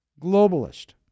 globalist